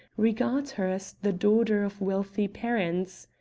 regard her as the daughter of wealthy parents.